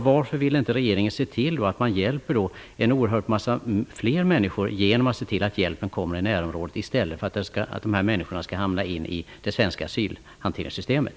Varför vill inte regeringen hjälpa många fler människor genom att se till att hjälpen ges i närområdet i stället för att dessa människor skall hamna i det svenska asylsystemet?